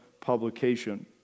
publication